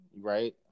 right